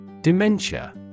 Dementia